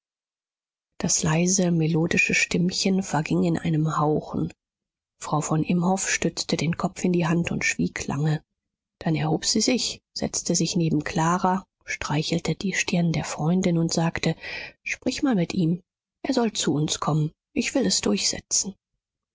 das leise melodische stimmchen verging in einem hauchen frau von imhoff stützte den kopf in die hand und schwieg lange dann erhob sie sich setzte sich neben clara streichelte die stirn der freundin und sagte sprich mal mit ihm er soll zu uns kommen ich will es durchsetzen